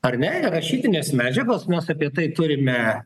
ar ne ir rašytinės medžiagos mes apie tai turime